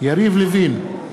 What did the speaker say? יריב לוין,